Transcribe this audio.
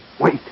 Wait